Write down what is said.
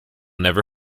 never